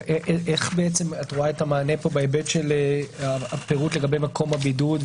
איך את רואה פה את המענה בהיבט של הפירוט לגבי מקום הבידוד,